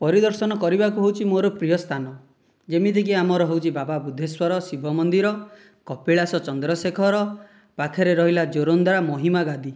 ପରିଦର୍ଶନ କରିବାକୁ ହେଉଛି ମୋର ପ୍ରିୟ ସ୍ଥାନ ଯେମିତିକି ଆମର ହେଉଛି ବାବା ବୁଧେଶ୍ଵର ଶିବ ମନ୍ଦିର କପିଳାସ ଚନ୍ଦ୍ରଶେଖର ପାଖରେ ରହିଲା ଜୋରନ୍ଦା ମହିମା ଗାଦି